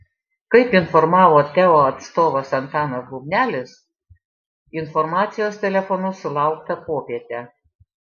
kaip informavo teo atstovas antanas bubnelis informacijos telefonu sulaukta popietę